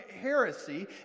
heresy